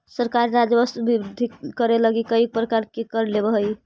सरकार राजस्व वृद्धि करे लगी कईक प्रकार के कर लेवऽ हई